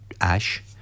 ash